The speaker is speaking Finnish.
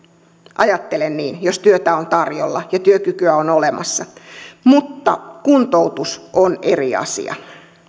ajattelen niin jos työtä on tarjolla ja työkykyä on olemassa mutta kuntoutus on eri asia